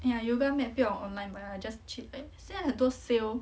哎呀 yoga 不用 online 买啦 just 去现在很多 sale